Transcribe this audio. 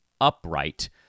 upright